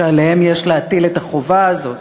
שעליהם יש להטיל את החובה הזאת,